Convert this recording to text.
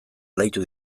alaitu